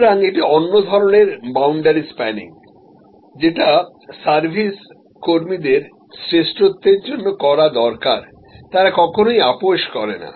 সুতরাং এটি অন্য ধরণের বাউন্ডারি স্প্যানিং যেটা সার্ভিস কর্মীদের শ্রেষ্ঠত্বের জন্য করা দরকার তারা কখনই আপস করে না